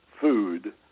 food